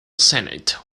senate